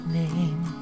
name